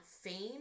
fame